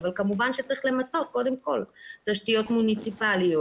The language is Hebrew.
אבל כמובן שצריך למצות קודם כל תשתיות מוניציפליות.